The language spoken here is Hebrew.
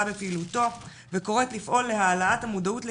ופעילותו וקוראת לפעול להעלאת המודעות לקיומו,